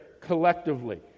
collectively